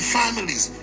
families